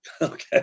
Okay